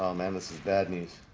um man, this is bad news